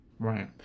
Right